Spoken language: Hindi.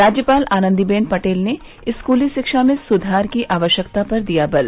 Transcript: राज्यपाल आनन्दीबेन पटेल ने स्कूली शिक्षा में सुधार की आवश्यकता पर दिया बल